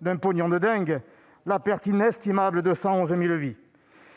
d'« un pognon de dingue », la perte inestimable de 111 000 vies.